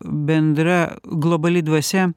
bendra globali dvasia